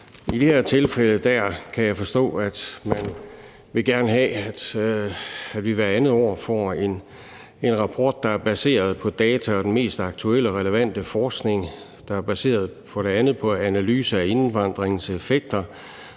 I det her tilfælde kan jeg forstå at man gerne vil have, at vi hvert andet år får en rapport, der er baseret på data og den mest aktuelle relevante forskning – og for det andet er baseret på analyse af indvandringens effekter,